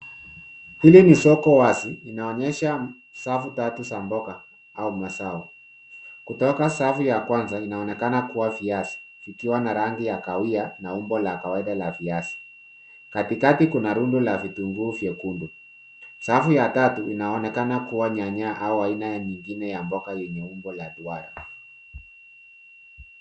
Hili ni soko wazi, inaonyesha safu tatu za mboga au mazao. Kutoka safu ya kwanza inaonekana kuwa viazi kikiwa na rangi ya kahawia na umbo la kawaida la viazi. Katikati kuna rundo la vitunguu vyekundu. Safu ya tatu inaonekana kuwa nyanya au aina nyingine ya mboga yenye umbo la dwara.